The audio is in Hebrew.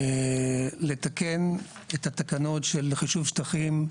לתקן את התקנות של חישוב שטחים,